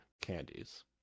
candies